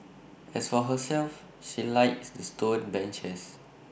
as for herself she likes the stone benches